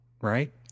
right